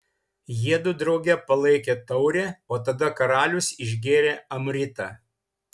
jiedu drauge palaikė taurę o tada karalius išgėrė amritą